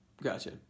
Gotcha